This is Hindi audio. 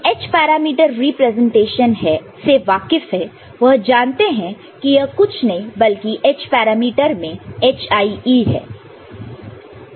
जो h पैरामीटर रिप्रेजेंटेशन से वाकिफ है वह जानते हैं कि यह कुछ नहीं बल्कि h पैरामीटर में hie है